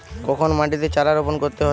কখন মাটিতে চারা রোপণ করতে হয়?